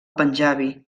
panjabi